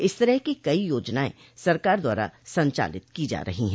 इस तरह की कई योजनाएं सरकार द्वारा संचालित की जा रही हैं